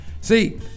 See